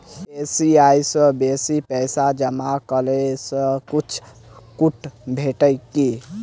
EMI सँ बेसी पैसा जमा करै सँ किछ छुट भेटत की?